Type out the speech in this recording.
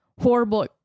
horrible